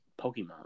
Pokemon